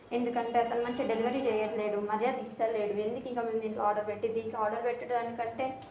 ఎందుకంటే అతను మంచిగా డెలివరీ చెయ్యట్లేదు మర్యాద ఇస్తలేడు ఎందుకు ఇంకా మేము దీంట్లో పెట్టి దీంట్లో ఆర్డర్ పెట్టే దానికంటే